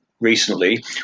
recently